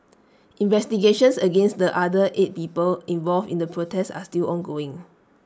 investigations against the other eight people involved in the protest are still ongoing